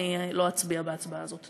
אני לא אצביע בהצבעה הזאת.